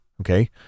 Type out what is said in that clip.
Okay